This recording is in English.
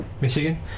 Michigan